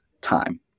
time